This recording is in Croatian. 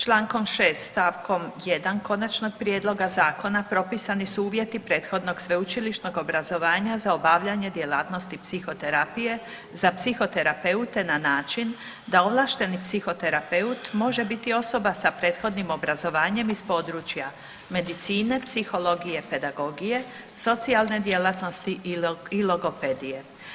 Čl. 6. st. 1. Konačnog prijedloga zakona propisani su uvjeti prethodnog sveučilišnog obrazovanja za obavljanje djelatnosti psihoterapije za psihoterapeute na način da ovlašteni psihoterapeut može biti osoba sa prethodnim obrazovanjem iz područja medicine, psihologije, pedagogije, socijalne djelatnosti i logopedije.